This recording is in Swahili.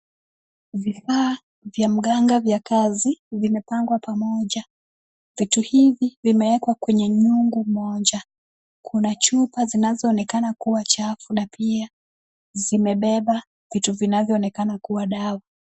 Vifaa vya mganga vya kazi vimepangwa pamoja. Vitu hivi vimeekewa kwenye nyungu moja. Kuna chupa zinazoonekana kuwa chafu na pia zimebeba vitu vinavyoonekana kuwa dawa.